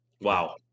wow